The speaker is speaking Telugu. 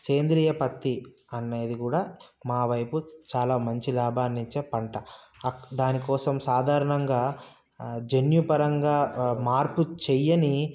సేంద్రియ పత్తి అనేది కూడా మా వైపు చాలా మంచి లాభాన్ని ఇచ్చే పంట దానికోసం సాధారణంగా జెన్యుపరంగా మార్పు చెయ్యని